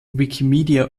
wikimedia